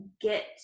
get